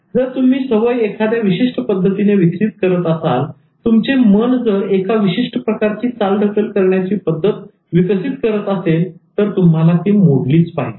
जर तुम्ही सवय एखाद्या विशिष्ट पद्धतीने विकसित करत असाल तुमचे मन जर एक विशिष्ट प्रकारची चालढकल करण्याची पद्धत विकसित करत असेल तर तुम्हाला ती मोडलीच पाहिजे